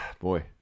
boy